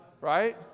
Right